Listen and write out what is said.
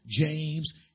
James